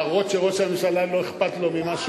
להראות שראש הממשלה לא אכפת לו ממה שאומרים?